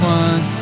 one